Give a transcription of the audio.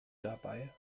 dabei